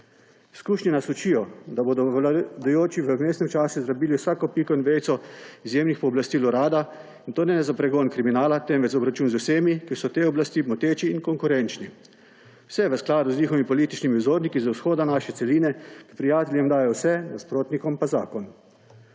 Izkušnje nas učijo, da bojo vladajoči v vmesnem času izrabili vsako piko in vejico izjemnih pooblastil urada in to ne za pregon kriminala, temveč za obračun z vsemi, ki so tej oblasti moteči in konkurenčni. Vse je v skladu z njihovimi političnimi vzorniki z vzhoda naše celine, ki prijateljem dajo vse, nasprotnikom pa zakon.